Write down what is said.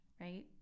right